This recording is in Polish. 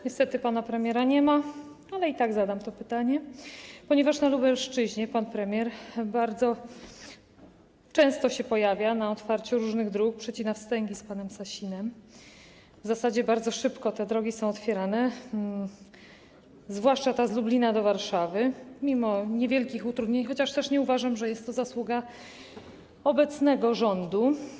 Niestety pana premiera nie ma, ale i tak zadam to pytanie, ponieważ na Lubelszczyźnie pan premier bardzo często się pojawia na otwarciu różnych dróg, przecina wstęgi z panem Sasinem, w zasadzie bardzo szybko te drogi są otwierane, zwłaszcza ta z Lublina do Warszawy, mimo niewielkich utrudnień, chociaż też nie uważam, że jest to zasługa obecnego rządu.